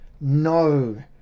No